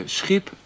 schip